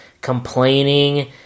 complaining